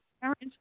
parents